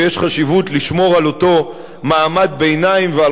ויש חשיבות לשמור על אותו מעמד ביניים ועל